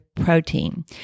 protein